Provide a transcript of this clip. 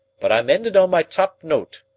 but i'm endin' on my top note.